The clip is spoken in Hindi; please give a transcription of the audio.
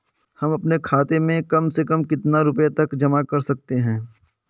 हम अपने खाते में कम से कम कितने रुपये तक जमा कर सकते हैं?